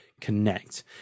connect